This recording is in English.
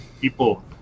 people